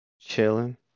chilling